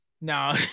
No